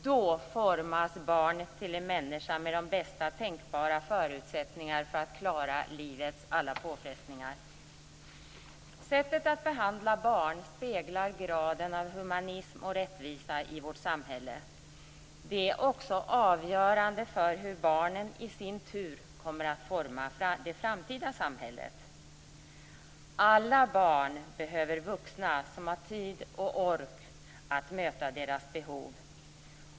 Då formas barnet till en människa med de bästa tänkbara förutsättningar för att klara livets alla påfrestningar. Sättet att behandla barn speglar graden av humanitet och rättvisa i vårt samhälle. Det är också avgörande för hur barnen i sin tur kommer att forma det framtida samhället. Alla barn behöver vuxna som har tid och ork att möta deras behov.